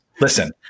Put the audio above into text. Listen